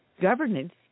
governance